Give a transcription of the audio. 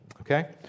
okay